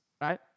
right